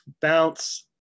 bounce